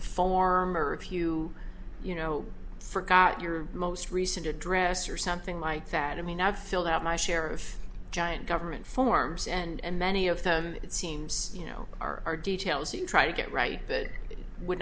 the form or if you you know forgot your most recent address or something like that i mean i've filled out my share of giant government forms and many of them it seems you know are details you try to get right that would